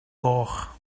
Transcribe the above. goch